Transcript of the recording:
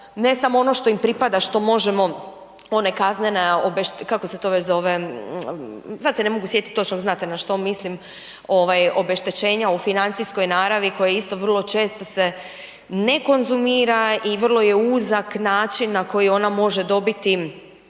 ne samo ono što im pripada što možemo, ona kaznena, kako se to već zove, sad se ne mogu sjetiti točno, znate na što mislim, obeštećenja u financijskoj naravi koje je isto vrlo često se ne konzumira i vrlo je uzak način na koji ona može dobiti